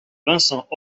vincent